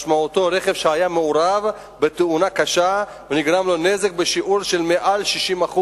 משמעותו: רכב שהיה מעורב בתאונה קשה ונגרם לו נזק בשיעור של מעל 60%,